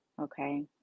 okay